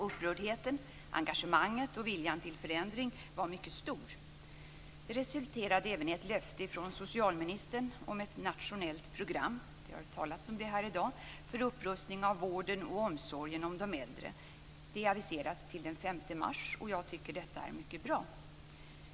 Upprördheten var mycket stor, liksom engagemanget och viljan till förändring. Detta resulterade även i ett löfte från socialministern om ett nationellt program - det har talats om det här i dag - för upprustning av vården av och omsorgen om de äldre. Programmet är aviserat till den 5 mars, och jag tycker att detta är mycket bra.